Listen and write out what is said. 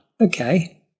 okay